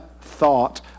thought